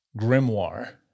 Grimoire